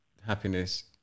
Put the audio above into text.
happiness